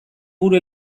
buru